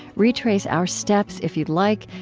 retrace our steps, if you'd like,